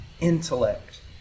intellect